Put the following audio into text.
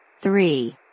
three